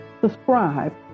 subscribe